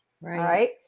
right